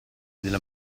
della